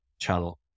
channel